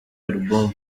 album